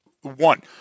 One –